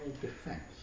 defense